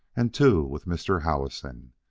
and two with mr. howison.